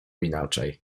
inaczej